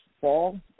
fall